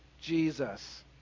Jesus